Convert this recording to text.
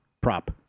prop